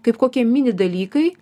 kaip kokie mini dalykai